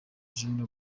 gen